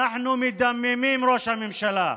אנחנו מדממים, ראש הממשלה.